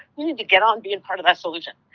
you need to get on being part of that solution.